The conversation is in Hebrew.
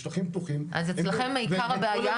אז אם אני מבינה נכון,